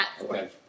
Okay